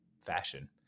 fashion